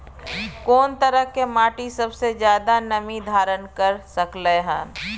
कोन तरह के माटी सबसे ज्यादा नमी धारण कर सकलय हन?